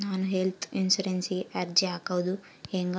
ನಾನು ಹೆಲ್ತ್ ಇನ್ಸುರೆನ್ಸಿಗೆ ಅರ್ಜಿ ಹಾಕದು ಹೆಂಗ?